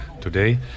today